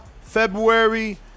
February